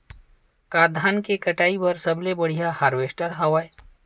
का धान के कटाई बर सबले बढ़िया हारवेस्टर हवय?